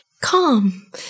calm